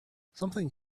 something